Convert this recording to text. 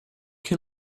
can